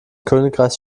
königreichs